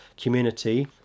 community